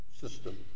system